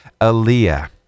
Aaliyah